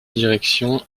direction